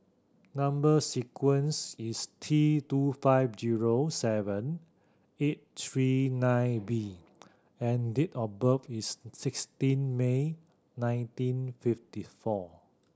number sequence is T two five zero seven eight three nine B and date of birth is sixteen May nineteen fifty four